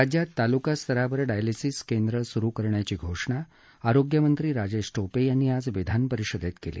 राज्यात तालुकास्तरावर डायलिसीस केंद्र सुरू करण्याची घोषणा आरोग्यमंत्री राजेश टोपे यांनी आज विधानपरिषदेत केली